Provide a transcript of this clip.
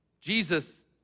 Jesus